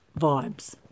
vibes